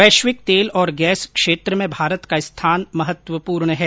वैश्विक तेल और गैस क्षेत्र में भारत का स्थान महत्वपूर्ण है